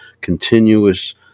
continuous